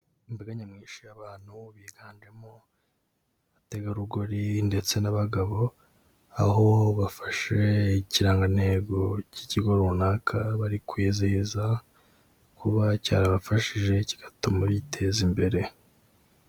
Imbaga nyamwinshi y'abantu biganjemo abategarugori ndetse n'abagabo, aho bafashe ikirangantego cy'ikigo runaka, bari kwizihiza kuba cyarabafashije kigatuma biteza imbere.